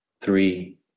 three